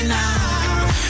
now